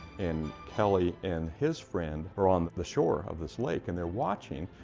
and kelley and his friend were on the shore of this lake and they're watching.